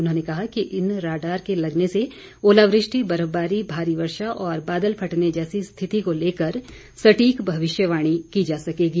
उन्होंने कहा कि इन राडॉर के लगने से ओलावृष्टि बर्फबारी भारी वर्षा और बादल फटने जैसी स्थिति को लेकर सटीक भविष्यवाणी की जा सकेगी